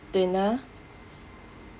dinner